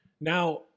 now